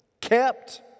Kept